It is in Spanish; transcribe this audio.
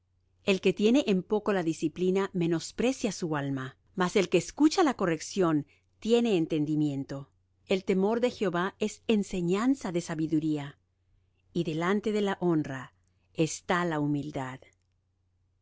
el que tiene en poco la disciplina menosprecia su alma mas el que escucha la corrección tiene entendimiento el temor de jehová es enseñanza de sabiduría y delante de la honra está la humildad